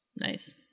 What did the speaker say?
nice